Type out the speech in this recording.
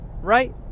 right